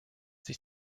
sich